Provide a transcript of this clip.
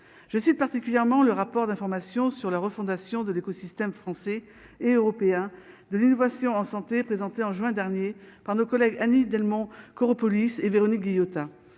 je suis particulièrement le rapport d'information sur la refondation de l'écosystème français et européen de l'innovation en santé présenté en juin dernier par nos collègues Annie Delmont Koropoulis et Véronique Guillotin,